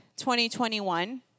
2021